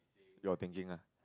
your thinking ah